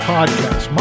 Podcast